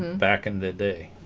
back in the day